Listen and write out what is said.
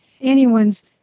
Anyone's